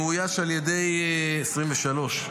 2023,